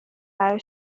برای